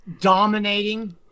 dominating